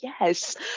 yes